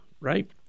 right